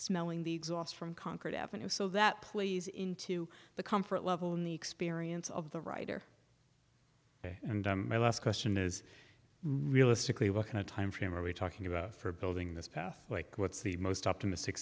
smelling the exhaust from concord avenue so that plays into the comfort level in the experience of the writer and my last question is realistically what kind of timeframe are we talking about for building this path like what's the most optimistic